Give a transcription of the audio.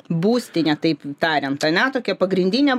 būstinė taip tariant ane tokia pagrindinė